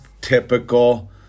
typical